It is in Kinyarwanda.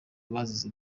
bazize